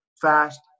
fast